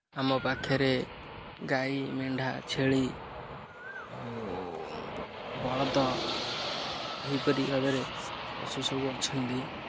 ଆମ ପାଖରେ ଗାଈ ମେଣ୍ଢା ଛେଳି ଆଉ ବଳଦ ଏହିପରି ଭାବରେ ପଶୁ ସବୁ ଅଛନ୍ତି